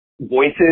voices